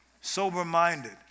sober-minded